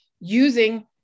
using